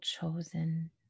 chosen